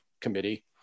committee